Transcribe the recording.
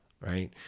right